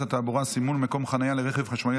התעבורה (סימון מקום חנייה לרכב חשמלי),